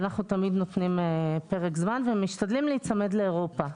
ואנחנו תמיד נותנים פרק זמן ומשתדלים להיצמד לאירופה.